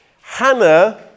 Hannah